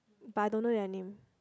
but I don't know their name